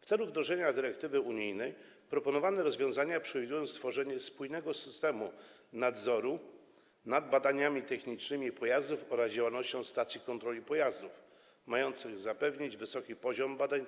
W celu wdrożenia dyrektywy unijnej proponowane rozwiązania przewidują stworzenie spójnego systemu nadzoru nad badaniami technicznymi pojazdów oraz działalnością stacji kontroli pojazdów mającego zapewnić wysoki poziom badań